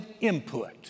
input